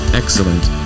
excellent